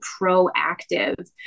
proactive